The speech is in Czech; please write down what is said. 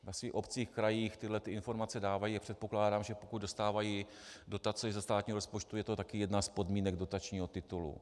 Ve svých obcích, krajích tyto informace dávají a předpokládám, že pokud dostávají dotace i ze státního rozpočtu, je to taky jedna z podmínek dotačního titulu.